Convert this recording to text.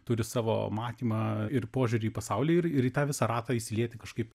turi savo matymą ir požiūrį į pasaulį ir į tą visą ratą įsilieti kažkaip